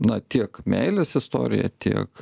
na tiek meilės istoriją tiek